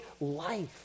life